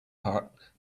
part